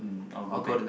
mm I'll go back